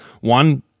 One